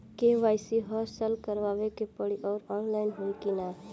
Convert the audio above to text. KYC हर साल करवावे के पड़ी और ऑनलाइन होई की ना?